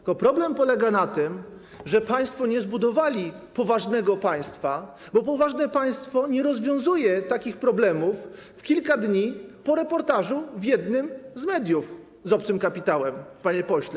Tylko problem polega na tym, że państwo nie zbudowali poważnego państwa, bo poważne państwo nie rozwiązuje takich problemów w kilka dni po reportażu w jednym z mediów z obcym kapitałem, panie pośle.